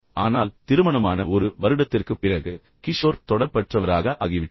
ஆனால் திருமணமான ஒரு வருடத்திற்குப் பிறகு கிஷோர் தொடர்பற்றவராக ஆகிவிட்டார்